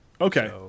Okay